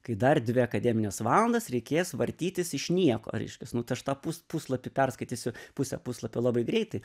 kai dar dvi akademines valandas reikės vartytis iš nieko reiškias nu tai aš tą pus puslapį perskaitysiu pusę puslapio labai greitai